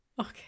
Okay